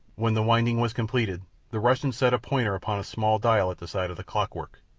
when the winding was completed the russian set a pointer upon a small dial at the side of the clockwork,